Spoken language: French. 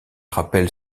rappelle